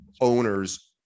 owners